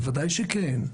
בוודאי שכן.